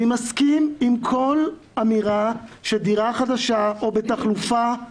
אני מסכים עם כל אמירה של דירה חדשה או בתחלופה,